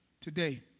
today